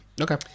Okay